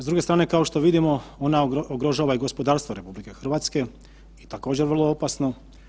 S druge strane kao što vidimo ona ugrožava i gospodarstvo RH, također vrlo opasno.